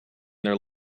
their